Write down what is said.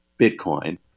Bitcoin